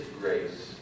grace